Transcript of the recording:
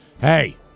Hey